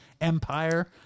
empire